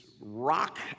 rock